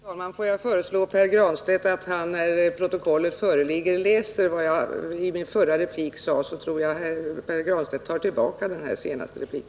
Herr talman! Får jag föreslå att Pär Granstedt när protokollet föreligger läser vad jag sade i min förra replik. Då tror jag att Pär Granstedt tar tillbaka sin senaste replik.